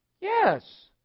Yes